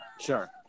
Sure